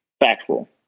factual